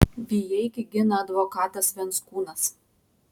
vijeikį gina advokatas venckūnas